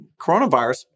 coronavirus